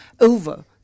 over